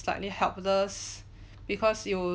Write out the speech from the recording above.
slightly helpless because you